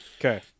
Okay